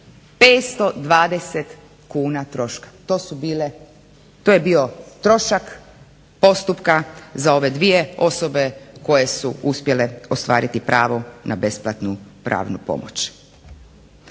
520 kuna troška. To je bio trošak postupka za ove dvije osobe koje su uspjele ostvariti pravo na besplatnu pravnu pomoć.